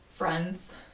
friends